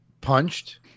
punched